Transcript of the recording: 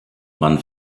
man